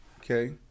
okay